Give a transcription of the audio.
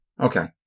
Okay